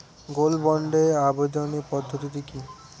Gold বন্ডে আবেদনের পদ্ধতিটি কি?